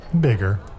Bigger